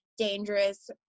dangerous